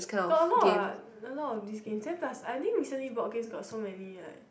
got a lot a lot of these games then plus I think recently board games got so many like